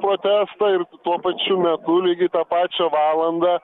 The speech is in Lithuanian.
protestą ir tuo pačiu metu lygiai tą pačią valandą